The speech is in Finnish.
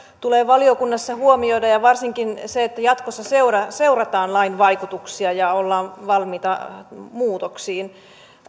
tulee valiokunnassa huomioida varsinkin se että jatkossa seurataan lain vaikutuksia ja ollaan valmiita muutoksiin